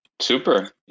Super